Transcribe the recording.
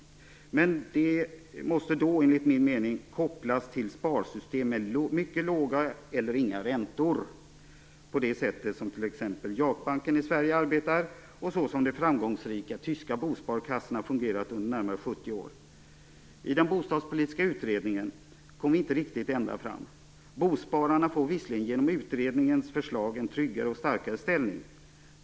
Men det måste då, enligt min mening, kopplas till sparsystem med mycket låga eller inga räntor på det sätt som t.ex. JAK-banken i Sverige arbetar och så som de framgångsrika tyska bosparkassorna fungerat under närmare 70 år. I den bostadspolitiska utredningen kom vi inte riktigt ända fram. Bospararna får visserligen genom utredningens förslag en tryggare och starkare ställning.